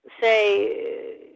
say